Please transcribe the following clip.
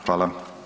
Hvala.